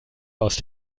aus